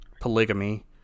polygamy